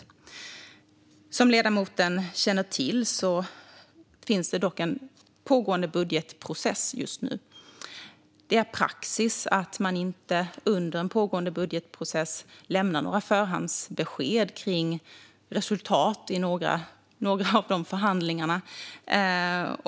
Men som ledamoten känner till pågår en budgetprocess just nu, och det är praxis att man under pågående budgetprocess inte lämnar några förhandsbesked om resultat i några av de förhandlingarna.